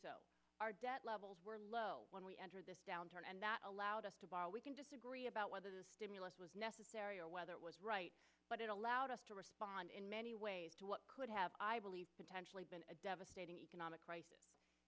so our debt levels were low when we entered this downturn and that allowed us to borrow we can disagree about whether the stimulus was necessary or whether it was right but it allowed us to respond in many ways to what could have i believe potentially been a devastating economic crisis